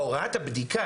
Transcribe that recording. הוראת הבדיקה,